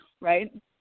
right